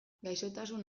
gaixotasun